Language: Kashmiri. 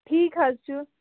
ٹھیٖک حَظ چھُ